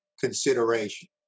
consideration